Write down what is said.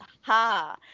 Ha